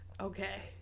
Okay